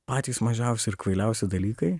patys mažiausi ir kvailiausi dalykai